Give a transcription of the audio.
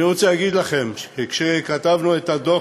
אני רוצה להגיד לכם שכשכתבנו את הדוח,